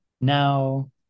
now